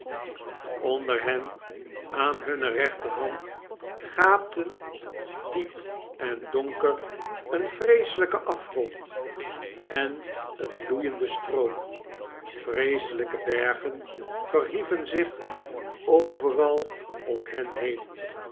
onder hen aan hunne rechterhand gaapten diep en donker een vreeselijke afgrond en een loeiende stroom vreeselgke bergen verhieven zich overal om hen heen